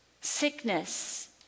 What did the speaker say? sickness